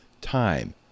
time